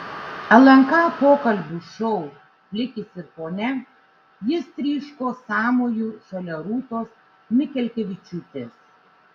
lnk pokalbių šou plikis ir ponia jis tryško sąmoju šalia rūtos mikelkevičiūtės